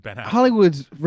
Hollywood's